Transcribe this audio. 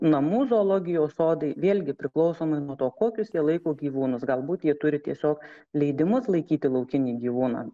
namų zoologijos sodai vėlgi priklausomai nuo to kokius jie laiko gyvūnus galbūt jie turi tiesiog leidimus laikyti laukinį gyvūną